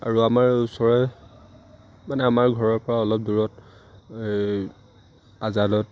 আৰু আমাৰ ওচৰৰে মানে আমাৰ ঘৰৰ পৰা অলপ দূৰত এই আজালত